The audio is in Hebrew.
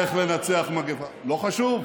איך לנצח מגפה, לא חשוב.